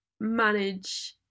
manage